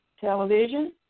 television